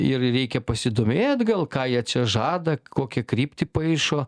ir reikia pasidomėt gal ką jie čia žada kokią kryptį paišo